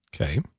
Okay